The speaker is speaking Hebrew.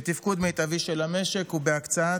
בתפקוד מיטבי של המשק ובהקצאת